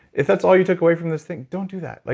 if that's all you took away from this thing, don't do that. like